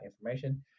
information